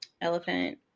Elephant